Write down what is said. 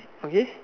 okay